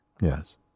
Yes